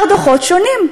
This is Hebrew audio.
כמה דוחות שונים.